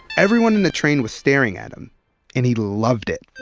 everyone in the train was staring at him and he loved it